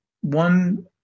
one